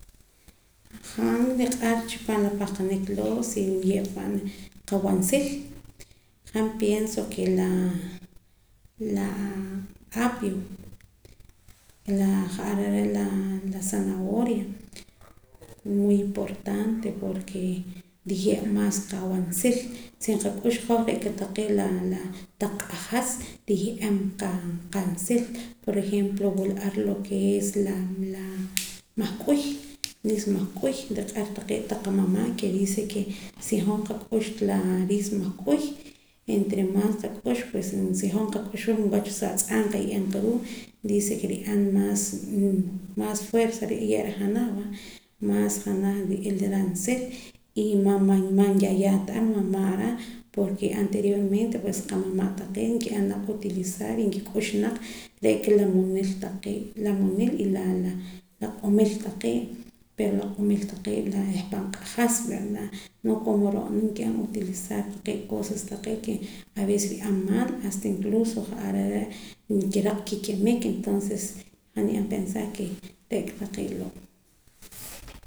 Han niq'ar chi paam la pahqanik loo' si nriye' pa'na qawaansil han pienso ke la la apio ja'ar are' la zanahoria muy importante porke nriye' maas qawaansil sii nqak'ux hoj re' aka taqee' la la q'ajas nriye'em maas qawaansil siempre wula ar lo ke es la la mahk'uy riis mahk'uy nriq'ar taqee' qamama' ke dice ke si hoj nqak'ux la riis mahk'uy entre maas nak'ux pues si hoj nqak'uxum wach sa atz'aam nqaye'em qa ruuu' dice ke nri'an mas mas fuerza nriye' reh janaj va maas janaj n'ila raansil y man ya ya ta ar mama'ra porke anteriormente pues qamama' taqee' nki'an naq utilizar y nkik'ux naq re' aka la munil taqee' y la q'omil taqee' pero la q'omil taqee' reh pan q'ajas verda no como ro'na nki'an utilizar qa''sa taqee' hasta nri'an maal hast incluso nkiraq kikimik entonces han ni'an pensar re' aka taqee' loo'